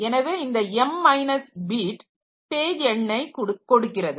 எனவே இந்த m n bit page எண்ணை கொடுக்கிறது